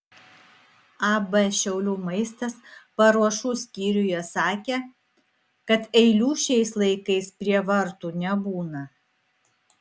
ab šiaulių maistas paruošų skyriuje sakė kad eilių šiais laikais prie vartų nebūna